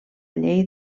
llei